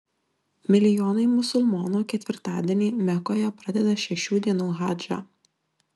milijonai musulmonų ketvirtadienį mekoje pradeda šešių dienų hadžą